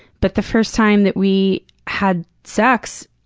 but the first time that we had sex,